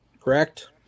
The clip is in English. Correct